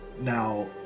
Now